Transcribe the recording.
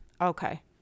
Okay